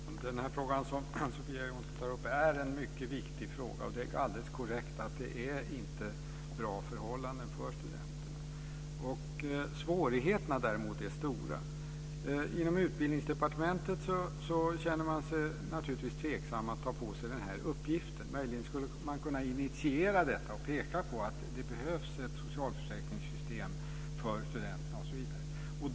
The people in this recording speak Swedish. Fru talman! Den fråga som Sofia Jonsson tar upp är en mycket viktig fråga. Det är alldeles korrekt att det inte är bra förhållanden för studenterna. Svårigheterna däremot är stora. Inom Utbildningsdepartementet känner man sig naturligtvis tveksam till att ta på sig den här uppgiften. Möjligen skulle man kunna initiera detta och peka på att det behövs ett socialförsäkringssystem för studenterna.